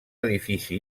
edifici